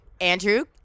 Andrew